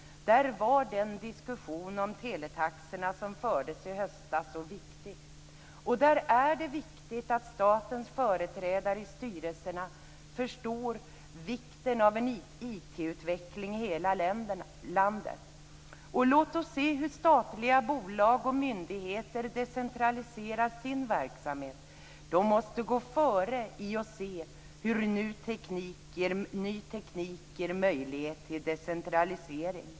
Där var den diskussion som fördes om teletaxorna i höstas viktig. Där är det också viktigt att statens företrädare i styrelserna förstås vikten av en Låt oss se på hur statliga bolag och myndigheter decentraliserar sin verksamhet. De måste gå före när det gäller att se hur ny teknik ger möjlighet till decentralisering.